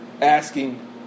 asking